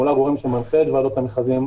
הוא לא הגורם שמנחה את ועדות המכרזים.